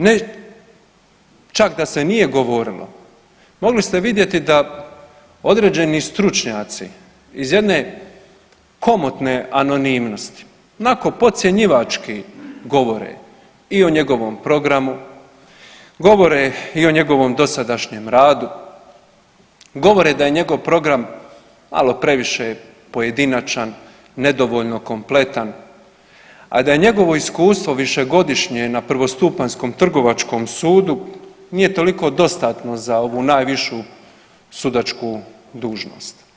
Ne čak da se nije govorilo, mogli ste vidjeti da određeni stručnjaci iz jedne komotne anonimnosti, onako podcjenjivački govore i o njegovom programu, govore i o njegovom dosadašnjom radu, govore da je njegov program malo previše pojedinačan, nedovoljno kompletan, a da je njegovo iskustvo višegodišnje na prvostupanjskom Trgovačkom sudu nije toliko dostatno za ovu najvišu sudačku dužnost.